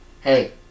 hey